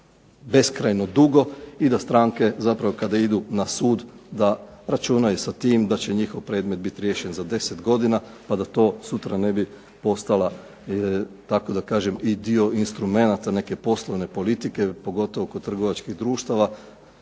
vode beskrajno dugo i da stranke zapravo kada idu na sud da računaju sa tim da će njihov predmet biti riješen za 10 godina pa da to sutra ne bi postala, kako da kažem, i dio instrumenata neke poslovne politike pogotovo kod trgovačkih društava.